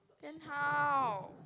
then how